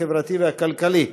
החברתי והכלכלי,